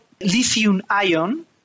lithium-ion